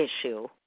issue